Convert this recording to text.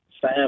Sam